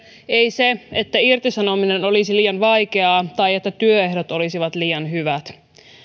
ei se että irtisanominen olisi liian vaikeaa tai että työehdot olisivat liian hyvät